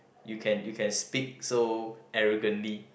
you can you can speak so arrogantly